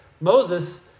Moses